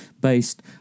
based